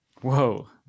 Whoa